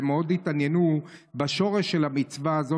והם מאוד התעניינו בשורש של המצווה הזו